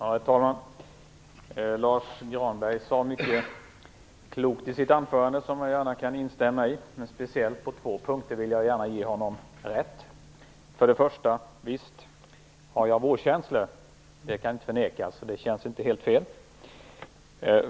Herr talman! Lars U Granberg sade mycket klokt i sitt anförande som jag gärna kan instämma i. Det är speciellt på två punkter som jag vill ge honom rätt. För det första är det riktigt att jag har vårkänslor. Det kan inte förnekas, och det känns inte helt fel.